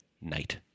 night